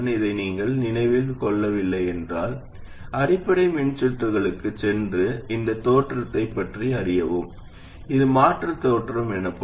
இதை நீங்கள் நினைவில் கொள்ளவில்லை என்றால் அடிப்படை மின்சுற்றுகளுக்குச் சென்று இந்தத் தேற்றத்தைப் பற்றி அறியவும் இது மாற்றுத் தேற்றம் எனப்படும்